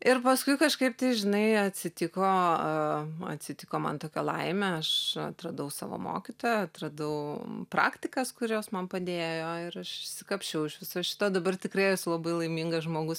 ir paskui kažkaip tai žinai atsitiko atsitiko man tokia laimė aš atradau savo mokytoją atradau praktikas kurios man padėjo ir aš išsikapsčiau iš viso šito dabar tikrai esu labai laimingas žmogus